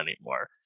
anymore